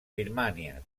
birmània